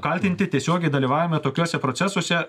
kaltinti tiesiogiai dalyvaujame tokiuose procesuose